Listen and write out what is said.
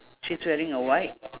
she's wearing a white